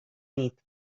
nit